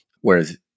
Whereas